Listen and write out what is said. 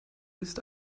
ist